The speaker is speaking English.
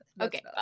okay